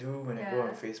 ya